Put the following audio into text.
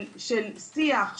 של שיח,